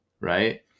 Right